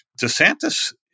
DeSantis